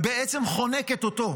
ובעצם חונקת אותו.